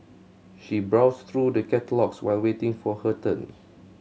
she browsed through the catalogues while waiting for her turn